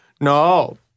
no